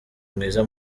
mwiza